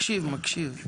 מקשיב, מקשיב.